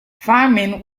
farming